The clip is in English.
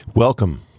Welcome